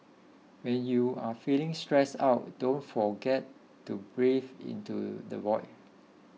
when you are feeling stressed out don't forget to breathe into the void